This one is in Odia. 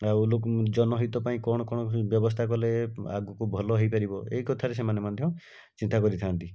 ଆଉ ଲୋକ ଜନହିତ ପାଇଁ କଣ କ'ଣ ସବୁ ବ୍ୟବସ୍ଥା କଲେ ଆଗକୁ ଭଲ ହୋଇପାରିବ ଏହି କଥାରେ ସେମାନେ ମଧ୍ୟ ଚିନ୍ତା କରିଥାନ୍ତି